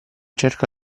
cerca